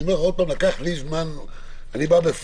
ואני אומר לך שגם לי לקח איזשהו זמן להבין את זה.